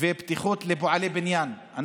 ובטיחות לפועלי בניין,